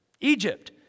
egypt